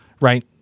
Right